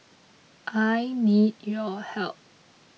I need your help